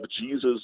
Jesus